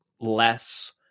less